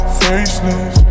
faceless